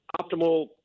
optimal